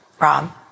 Rob